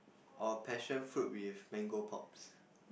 or passionfruit with mango pops